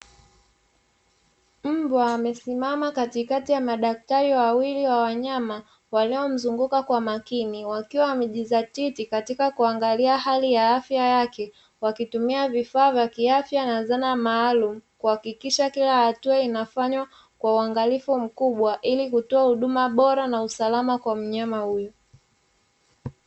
Mbwa amesimama katikati ya madaktari wawili wa wanyama waliomzunguka kwa makini wakiwa wamejizatiti katika kuangalia hali ya afya yake wakitumia vifaa vya kiafya na zana maalumu, kuhakikisha kila hatua inafanywa kwa uangalifu mkubwa ili kutoa huduma bora na usalama kwa mnyama huyu.